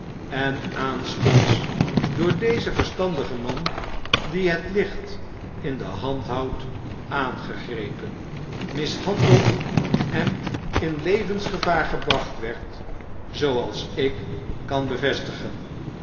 en aanstonds door dezen verstandigen man die het licht in de hand houdt aangegrepen mishandeld en in levensgevaar gebracht werd zooals ik kan bevestigen